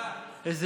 אדוני השר,